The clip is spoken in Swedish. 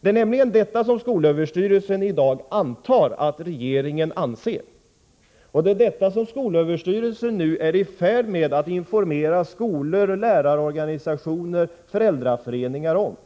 Det är nämligen detta som skolöverstyrelsen i dag antar att regeringen anser och som skolöverstyrelsen nu är i färd med att informera skolor, lärarorganisationer och föräldraföreningar om.